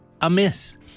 amiss